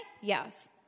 Yes